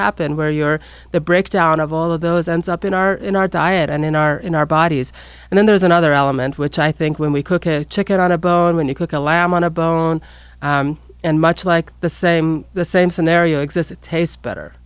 happen where you are the breakdown of all of those ends up in our in our diet and in our in our bodies and then there's another element which i think when we cook a chicken on a bone when you cook a lamb on a bone and much like the same the same scenario exists it tastes better